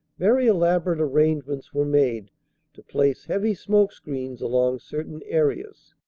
very elaborate arrange ments were made to place heavy smoke screens along certain areas.